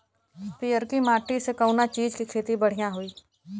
पियरकी माटी मे कउना चीज़ के खेती बढ़ियां होई?